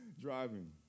driving